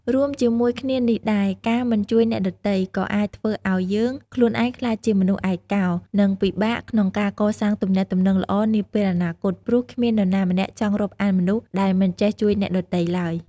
រួមជាមួយគ្នានេះដែរ ការមិនជួយអ្នកដទៃ ក៏អាចធ្វើឲ្យយើងខ្លួនឯងក្លាយជាមនុស្សឯកោ និងពិបាកក្នុងការកសាងទំនាក់ទំនងល្អនាពេលអនាគត ព្រោះគ្មាននរណាម្នាក់ចង់រាប់អានមនុស្សដែលមិនចេះជួយអ្នកដទៃឡើយ។